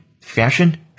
fashion